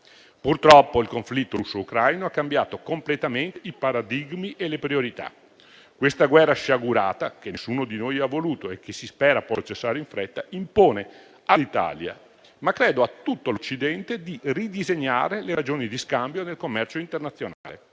Purtroppo, il conflitto russo-ucraino ha cambiato completamente i paradigmi e le priorità. Questa guerra sciagurata, che nessuno di noi ha voluto e che si spera possa cessare in fretta, impone all'Italia, ma credo a tutto l'Occidente, di ridisegnare le ragioni di scambio del commercio internazionale.